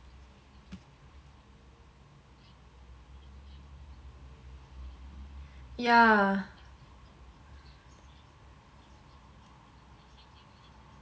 yeah